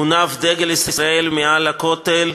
הונף דגל ישראל מעל הכותל,